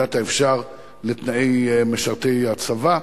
במידת האפשר, לתנאי משרתי הצבא.